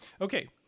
Okay